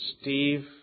Steve